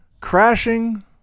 Crashing